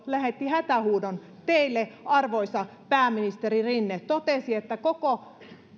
lähetti hätähuudon teille arvoisa pääministeri rinne ja totesi että koko